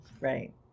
right